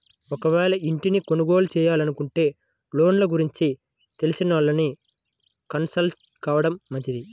ఒకవేళ ఇంటిని కొనుగోలు చేయాలనుకుంటే లోన్ల గురించి తెలిసినోళ్ళని కన్సల్ట్ కావడం మంచిది